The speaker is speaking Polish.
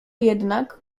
jednak